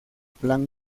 plan